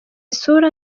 isura